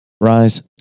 rise